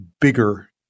bigger